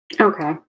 Okay